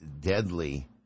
deadly